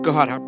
God